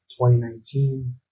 2019